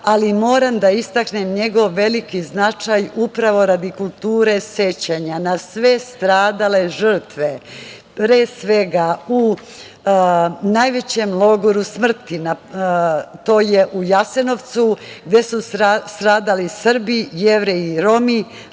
ali moram da istaknem njegov veliki značaj, upravo radi kulture sećanja na sve stradale žrtve. Pre svega, u najvećem logoru smrti, to je u Jasenovcu, gde su stradali Srbi, Jevreji i Romi,